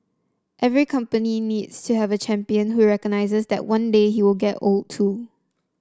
every company needs to have a champion who recognizes that one day he will get old too